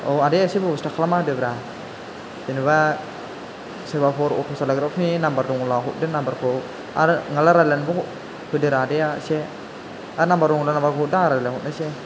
औ आदाया एसे बेबस्था खालामना होदोब्रा जेनोबा सोरबाफोर अफिस साव थाग्राफोरनि नाम्बार दंब्ला हरदो नाम्बार खौ आरो नङाब्ला रायलायना होदोरा आदाया आ एसे आरो नाम्बार दंब्ला नाम्बार हरदो आं रायलाय हरनोसै